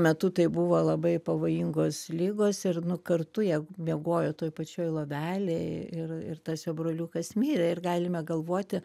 metu tai buvo labai pavojingos ligos ir nu kartu jie miegojo toj pačioj lovelėj ir ir tas jo broliukas mirė ir galime galvoti